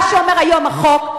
מה שאומר היום החוק,